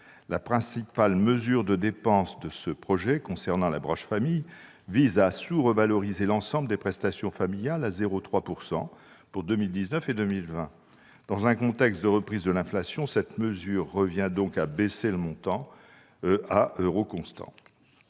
la principale mesure en dépenses de ce projet de loi concernant la branche famille vise à sous-revaloriser l'ensemble des prestations familiales à 0,3 % pour 2019 et 2020. Dans un contexte de reprise de l'inflation, cette mesure revient donc à baisser le montant des prestations